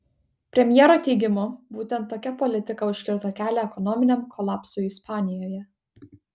premjero teigimu būtent tokia politika užkirto kelią ekonominiam kolapsui ispanijoje